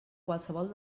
qualsevol